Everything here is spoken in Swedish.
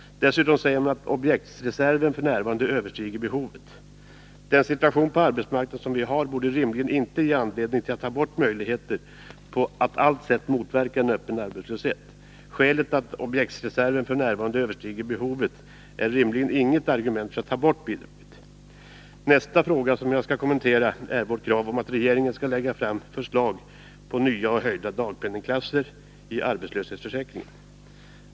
Dessutom säger man att objektsreserven f. n. överstiger behovet. Den situation på arbetsmarknaden som vi har borde rimligen inte ge anledning till att ta bort möjligheter att på allt sätt motverka en öppen arbetslöshet. Att objektsreserven f. n. överstiger behovet är rimligen inget argument för att ta bort bidraget. Nästa fråga som jag skall kommentera är vårt krav på att regeringen skall lägga fram förslag om nya och höjda dagpenningklasser i arbetslöshetsförsäkringen.